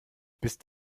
bist